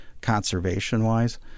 conservation-wise